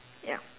yup